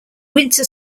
winter